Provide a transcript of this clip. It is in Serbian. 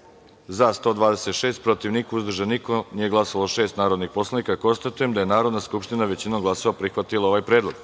– 126, protiv – niko, uzdržanih – nema, nije glasalo šest narodnih poslanika. Konstatujem da je Narodna skupština većinom glasova prihvatila ovaj predlog.